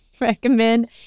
recommend